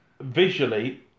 visually